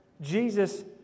Jesus